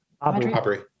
audrey